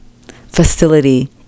Facility